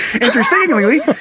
Interestingly